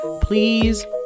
please